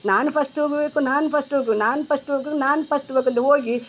ನಾನು ಫಸ್ಟ್ ಹೋಗ್ಬೇಕು ನಾನು ಫಸ್ಟ್ ಹೋಗು ನಾನು ಪಸ್ಟ್ ಹೋಗೋದು ನಾನು ಪಸ್ಟ್ ಹೋಗ್ಬೇಕಂತ ಹೋಗಿ